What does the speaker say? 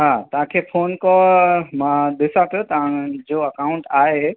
हा तव्हांखे phone call मां ॾिसां पियो तव्हांजो अकाउंट आहे